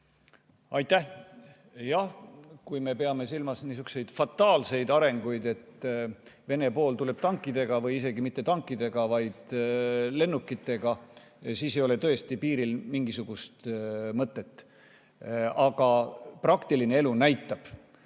Aitäh! Jah, kui me peame silmas niisuguseid fataalseid arenguid, et Vene pool tuleb tankidega või isegi mitte tankidega, vaid lennukitega, siis ei ole tõesti piiril mingisugust mõtet. Aga praktiline elu näitab